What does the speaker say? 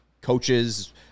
coaches